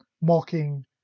mocking